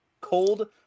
cold